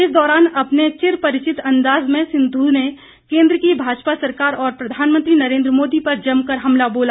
इस दौरान अपने चिर परिचित अंदाज में सिद्धू ने केंद्र की भाजपा सरकार और प्रधानमंत्री नरेंद्र मोदी पर जमकर हमला बोला